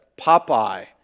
Popeye